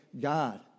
God